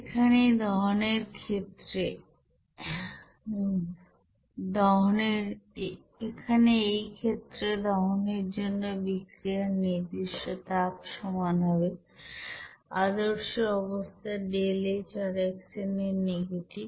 এখানেই ক্ষেত্রে দহনের জন্য বিক্রিয়ার নির্দিষ্ট তাপ সমান হবে আদর্শ অবস্থার ΔHrxn এর নেগেটিভ